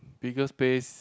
bigger space